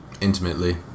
intimately